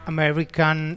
American